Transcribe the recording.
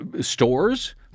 stores